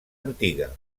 antiga